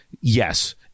yes